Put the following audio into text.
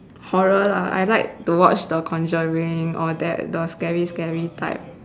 horror lah I like to watch the conjuring all that the scary scary type